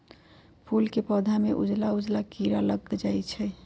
फूल के पौधा में उजला उजला कोन किरा लग जई छइ?